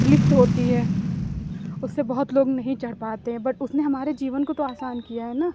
lift होती है उससे बहुत लोग नहीं चढ़ पाते हैं बट उसने हमारे जीवन को तो आसान किया है न